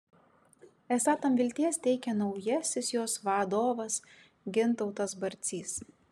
esą tam vilties teikia naujasis jos vadovas gintautas barcys